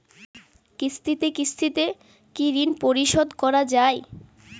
কিস্তিতে কিস্তিতে কি ঋণ পরিশোধ করা য়ায়?